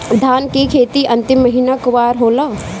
धान के खेती मे अन्तिम महीना कुवार होला?